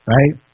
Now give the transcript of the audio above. Right